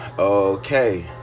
Okay